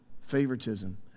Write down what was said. favoritism